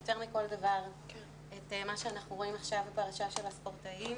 יותר מכל דבר את מה שאנחנו רואים עכשיו בפרשה של הספורטאים